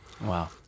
Wow